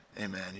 Amen